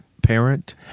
parent